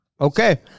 Okay